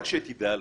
רק שתדע לך,